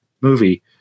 movie